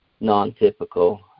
non-typical